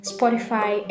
Spotify